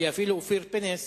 כי אפילו אופיר פינס